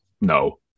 No